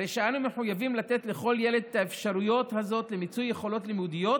הרי שאנו מחויבים לתת לכל ילד את האפשרות הזאת למיצוי יכולות לימודיות,